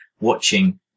watching